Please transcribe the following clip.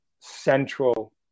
central